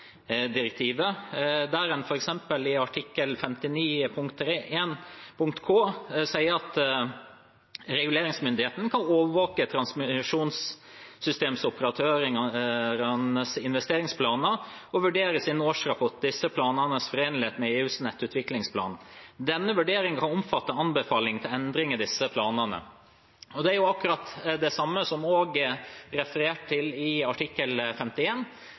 der en f.eks. i artikkel 59, punkt 1 k, sier at reguleringsmyndigheten kan overvåke transmisjonssystemoperatørenes investeringsplaner og vurdere i sin årsrapport disse planenes forenlighet med EUs nettutviklingsplan. Denne vurderingen kan omfatte anbefaling til endring i disse planene. Det er akkurat det samme som også er referert til i artikkel